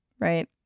right